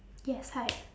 yes hi